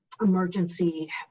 emergency